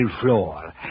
floor